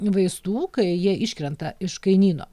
vaistų kai jie iškrenta iš kainyno